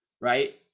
right